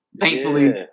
Thankfully